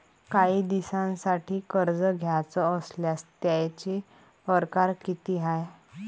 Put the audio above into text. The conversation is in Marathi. कायी दिसांसाठी कर्ज घ्याचं असल्यास त्यायचे परकार किती हाय?